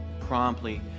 promptly